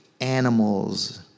animals